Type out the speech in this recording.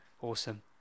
awesome